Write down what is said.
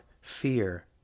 FEAR